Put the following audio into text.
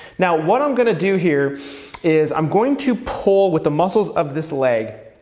now, what i'm gonna do here is, i'm going to pull with the muscles of this leg.